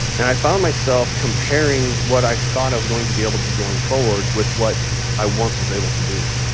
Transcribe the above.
and i found myself comparing what i thought i was going to be able to do going forward with what i once was able to do.